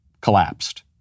collapsed